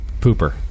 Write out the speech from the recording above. pooper